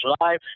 Live